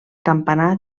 campanar